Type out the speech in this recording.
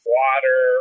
water